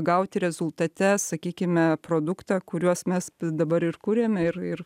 gauti rezultate sakykime produktą kuriuos mes dabar ir kuriame ir ir